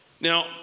Now